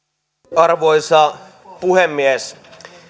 arvoisa puhemies